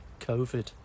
COVID